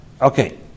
Okay